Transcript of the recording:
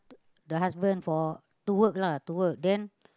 the husband for to work lah to work then